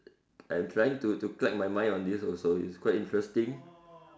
I'm trying to to crack my mind on this also it's quite interesting